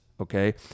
okay